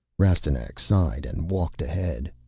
rastignac sighed and walked ahead.